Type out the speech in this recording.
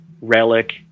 relic